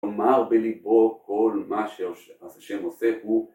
אומר בלבו כל מה שהשם עושה הוא